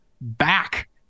back